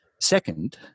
second